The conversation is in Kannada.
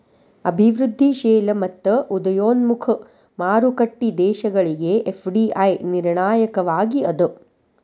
ಅಭಿವೃದ್ಧಿಶೇಲ ಮತ್ತ ಉದಯೋನ್ಮುಖ ಮಾರುಕಟ್ಟಿ ದೇಶಗಳಿಗೆ ಎಫ್.ಡಿ.ಐ ನಿರ್ಣಾಯಕವಾಗಿ ಅದ